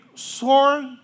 sword